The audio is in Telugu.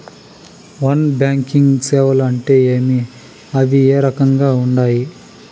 నాన్ బ్యాంకింగ్ సేవలు అంటే ఏమి అవి ఏ రకంగా ఉండాయి